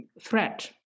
threat